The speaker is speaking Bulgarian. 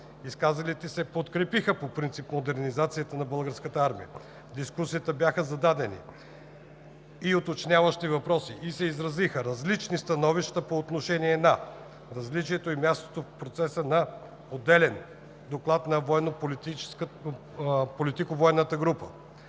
Изказалите се подкрепиха по принцип модернизацията на Българската армия. В дискусията бяха зададени уточняващи въпроси и се изразиха различни становища по отношение на: наличието и мястото в процеса на отделен доклад на Политико-военната група;